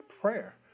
prayer